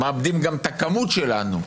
מאבדים גם את הכמות שלנו,